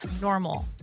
normal